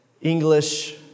English